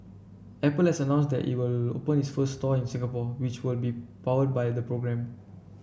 Apple has announced that it will open its first store in Singapore which will be powered by the program